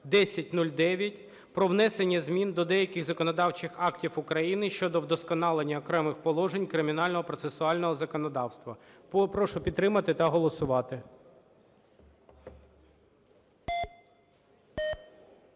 1009) про внесення змін до деяких законодавчих актів України щодо вдосконалення окремих положень кримінального процесуального законодавства. Прошу підтримати та голосувати.